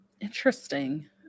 Interesting